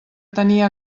tenia